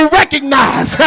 recognize